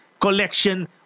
collection